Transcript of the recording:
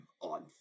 on